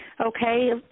Okay